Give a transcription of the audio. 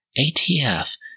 ATF